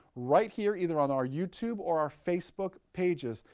right here, either on our youtube or our facebook pages.